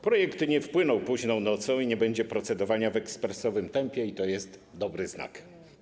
Projekt nie wpłynął późną nocą i nie będzie procedowania w ekspresowym tempie - i to jest dobry znak.